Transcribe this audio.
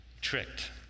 tricked